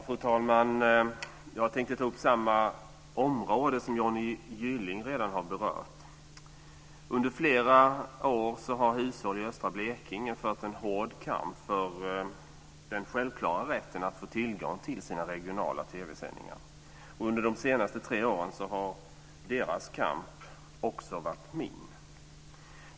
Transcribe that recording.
Fru talman! Jag tänkte ta upp samma område som Johnny Gylling redan har berört. Under flera år har hushåll i östra Blekinge fört en hård kamp för den självklara rätten att få tillgång till sina regionala TV-sändningar. Under de senaste tre åren har deras kamp också varit min.